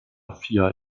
vier